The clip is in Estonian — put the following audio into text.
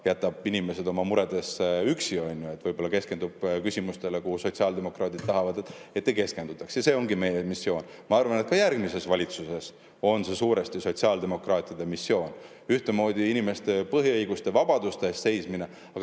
jätab inimesed oma muredes üksi, võib-olla keskendub küsimustele, kuhu sotsiaaldemokraadid tahavad, et ei keskendutaks. See ongi meie missioon. Ma arvan, et ka järgmises valitsuses on see suuresti sotsiaaldemokraatide missioon. Üht[pidi] inimeste põhiõiguste ja vabaduste eest seista, aga